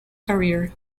career